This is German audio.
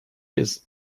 ist